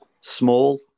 small